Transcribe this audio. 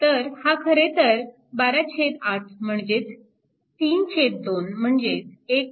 तर हा खरेतर 128 म्हणजेच 32 म्हणजे 1